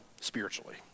spiritually